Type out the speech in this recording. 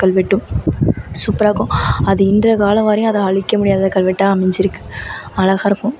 கல்வெட்டும் சூப்பராக இருக்கும் அது இன்றைய காலம் வரையும் அதை அழிக்க முடியாத கல்வெட்டாக அமைஞ்சிருக்கு அழகாக இருக்கும்